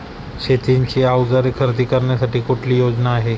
शेतीची अवजारे खरेदी करण्यासाठी कुठली योजना आहे?